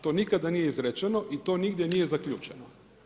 To nikada nije izrečeno i to nigdje nije zaključeno.